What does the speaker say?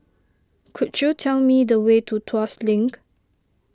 could you tell me the way to Tuas Link